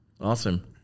Awesome